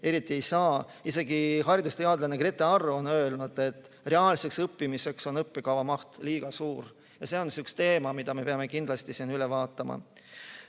eriti ei saa. Isegi haridusteadlane Grete Arro on öelnud, et reaalseks õppimiseks on õppekava maht liiga suur. See on üks teema, mille me peame kindlasti üle vaatama.